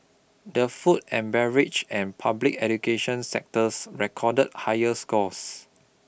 the food and beverage and public education sectors recorded higher scores